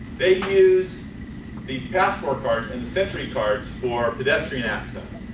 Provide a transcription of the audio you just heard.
they use these passport cards and century cards for pedestrian access.